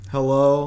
Hello